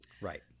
Right